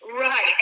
right